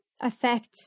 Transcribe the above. affect